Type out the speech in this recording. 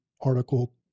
article